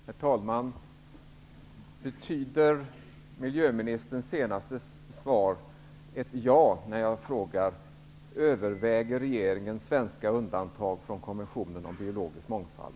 Herr talman! Betyder miljöministerns senaste svar ett ja på min fråga, om regeringen överväger svenska undantag från konventionen om biologisk mångfald?